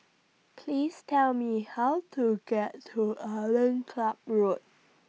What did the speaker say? Please Tell Me How to get to Island Club Road